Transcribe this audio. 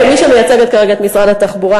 כמי שמייצגת כרגע את משרד התחבורה,